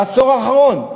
בעשור האחרון.